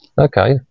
Okay